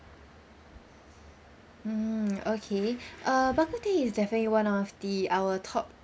hmm okay uh bak kut teh is definitely one of the our top